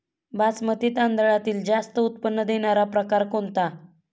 बासमती तांदळातील जास्त उत्पन्न देणारा प्रकार कोणता?